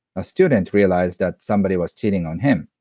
a student, realized that somebody was cheating on him.